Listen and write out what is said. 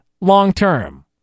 long-term